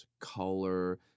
color